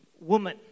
woman